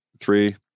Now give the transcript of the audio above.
Three